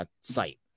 site